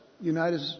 United